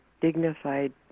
dignified